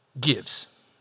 gives